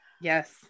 Yes